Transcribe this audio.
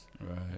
Right